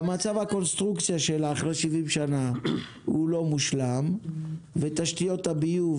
שלה אחרי 70 שנה הוא לא מושלם ותשתיות הביוב,